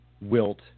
Wilt